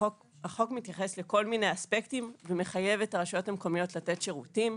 החוק מתייחס לכל מיני אספקטים ומחייב את הרשויות המקומיות לתת שירותים.